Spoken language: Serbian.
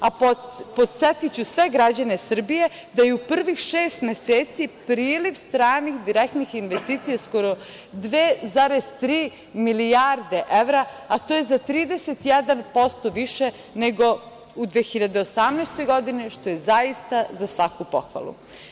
Podsetiću sve građane Srbije da je u prvih šest meseci priliv stranih direktnih investicija skoro 2,3 milijarde evra, a to je za 31% više nego u 2018. godini, što je zaista za svaku pohvalu.